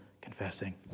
confessing